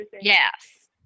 Yes